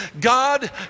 God